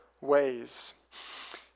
ways